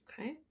Okay